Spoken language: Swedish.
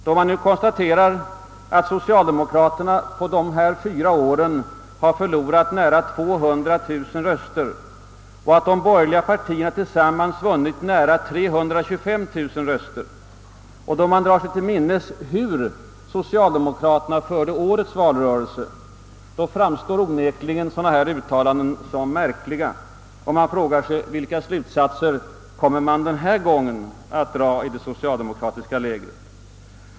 Då man nu konstaterar att socialdemokraterna på dessa fyra år har förlorat nära 200 000 röster och att de borgerliga partierna tillsammans vunnit nära 325000 röster, och då man drar sig till minnes, hur socialdemokraterna förde årets valrörelse, framstår onekligen sådana här uttalanden som märkliga. Och man frågar sig: Vilka slutsatser kommer man denna gång att dra i det socialdemokratiska lägret?